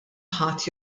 ħadd